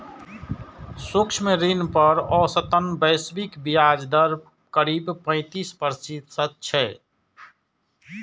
सूक्ष्म ऋण पर औसतन वैश्विक ब्याज दर करीब पैंतीस प्रतिशत छै